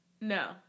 No